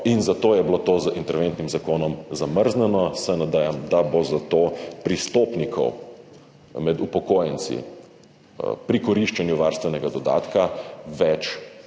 in zato je bilo to z interventnim zakonom zamrznjeno. Nadejam se, da bo zato pristopnikov med upokojenci pri koriščenju varstvenega dodatka več,